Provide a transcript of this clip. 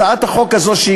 הצעת החוק הזאת,